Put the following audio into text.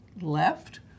left